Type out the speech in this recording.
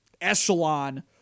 echelon